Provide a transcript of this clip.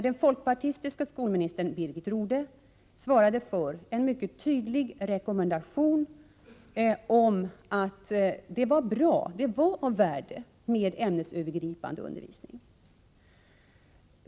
Den folkpartistiska skolministern Birgit Rodhe svarade för en mycket tydlig rekommendation om ämnesövergripande undervisning som något som var bra och av värde.